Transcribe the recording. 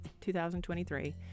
2023